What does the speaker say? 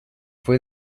fue